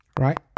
Right